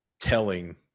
telling